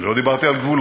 אני לא דיברתי על גבולות.